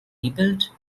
rebuilt